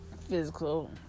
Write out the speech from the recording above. physical